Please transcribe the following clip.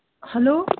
hello